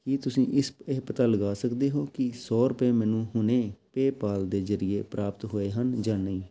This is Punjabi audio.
ਕੀ ਤੁਸੀਂਂ ਇਸ ਇਹ ਪਤਾ ਲਗਾ ਸਕਦੇ ਹੋ ਕਿ ਸੌ ਰੁਪਏ ਮੈਨੂੰ ਹੁਣੇ ਪੇਪਾਲ ਦੇ ਜਰੀਏ ਪ੍ਰਾਪਤ ਹੋਏ ਹਨ ਜਾਂ ਨਹੀਂ